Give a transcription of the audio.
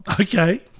Okay